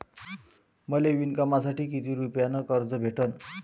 मले विणकामासाठी किती रुपयानं कर्ज भेटन?